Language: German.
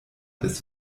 des